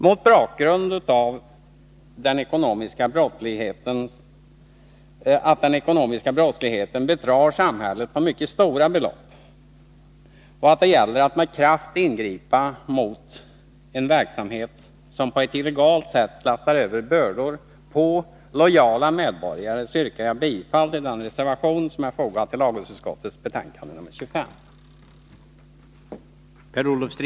Mot bakgrund av att den ekonomiska brottsligheten bedrar samhället på mycket stora belopp och att det gäller att med kraft ingripa mot en verksamhet som på ett illegalt sätt lastar över bördor på lojala medborgare, yrkar jag bifall till den reservation som är fogad till lagutskottets betänkande 28.